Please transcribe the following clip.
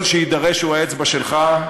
כל שיידרש הוא האצבע שלך,